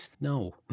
no